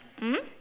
mm